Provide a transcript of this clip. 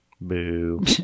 Boo